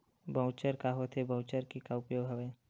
Voucher का होथे voucher के का उपयोग हवय?